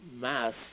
mass